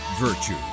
Virtue